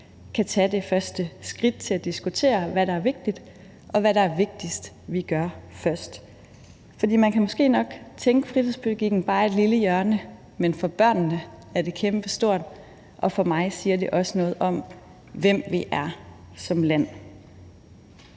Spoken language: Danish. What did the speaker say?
kan tage det første skridt til at diskutere, hvad der er vigtigt, og hvad det er vigtigst, vi gør først. For man kan måske nok tænke, at fritidspædagogikken bare er et lille hjørne, men for børnene er det kæmpestort, og for mig siger det også noget om, hvem vi er som land.